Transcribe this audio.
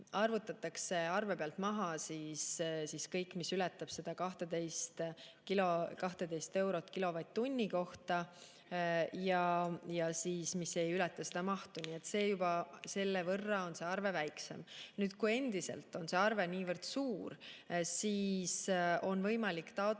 arvutatakse arve pealt maha, kõik, mis ületab seda [0,12] eurot kilovatt-tunni kohta ja mis ei ületa seda mahtu. Nii et selle võrra on arve juba väiksem. Kui endiselt on arve niivõrd suur, siis on võimalik taotleda